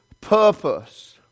purpose